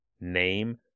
name